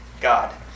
God